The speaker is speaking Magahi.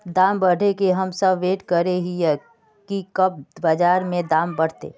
दाम बढ़े के हम सब वैट करे हिये की कब बाजार में दाम बढ़ते?